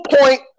point